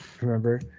Remember